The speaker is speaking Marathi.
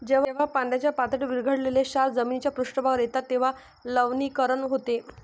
जेव्हा पाण्याच्या पातळीत विरघळलेले क्षार जमिनीच्या पृष्ठभागावर येतात तेव्हा लवणीकरण होते